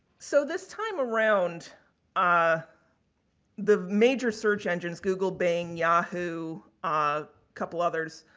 so, this time around ah the major search engines, google, bing, yahoo, a couple others,